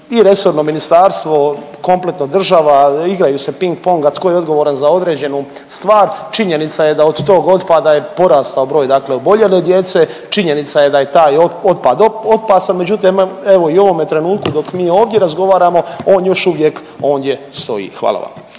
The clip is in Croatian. I resorno ministarstvo, kompletno država igraju se ping ponga tko je odgovoran za određenu stvar. činjenica je da od tog otpada je porastao broj oboljele djece, činjenice je da je taj otpad opasan međutim evo i u ovome trenutku dok mi ovdje razgovaramo on još uvijek ondje stoji. Hvala vam.